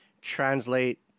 translate